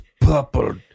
purple